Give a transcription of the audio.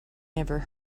never